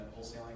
wholesaling